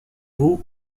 roux